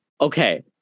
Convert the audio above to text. Okay